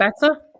Better